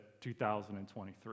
2023